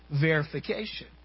verification